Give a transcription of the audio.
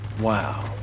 Wow